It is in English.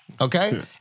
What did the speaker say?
Okay